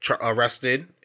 arrested